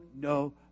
no